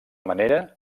manera